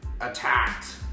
attacked